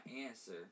answer